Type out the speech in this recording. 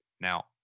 Now